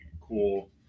cool